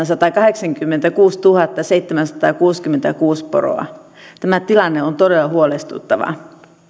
satakahdeksankymmentäkuusituhattaseitsemänsataakuusikymmentäkuusi poroa tämä tilanne on todella huolestuttava